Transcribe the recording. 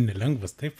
nelengvas taip